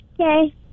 Okay